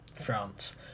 France